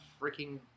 freaking